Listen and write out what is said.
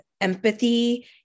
empathy